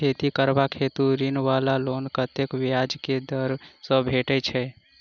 खेती करबाक हेतु ऋण वा लोन कतेक ब्याज केँ दर सँ भेटैत अछि?